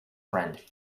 friend